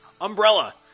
Umbrella